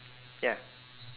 ya